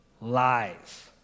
lies